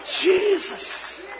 Jesus